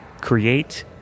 create